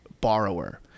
borrower